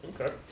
Okay